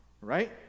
right